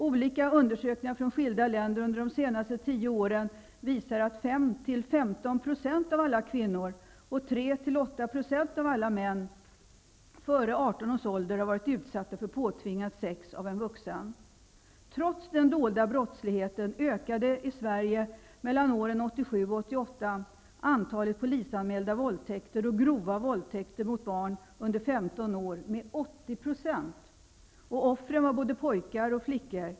Olika undersökningar från skilda länder under de senste tio åren visar att 5--15 % av alla kvinnor och 3--8 % av alla män före 18 års ålder har varit utsatta för påtvingad sex av en vuxen. 15 år med 80 %. Offren var både flickor och pojkar.